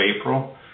April